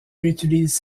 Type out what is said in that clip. réutilise